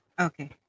okay